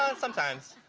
ah sometimes.